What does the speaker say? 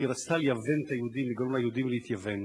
שרצתה ליוון את היהודים, לגרום ליהודים להתייוון.